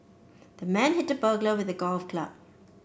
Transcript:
the man hit the burglar with a golf club